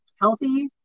healthy